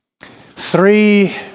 three